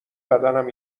بدنم